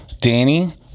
Danny